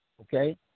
okay